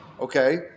okay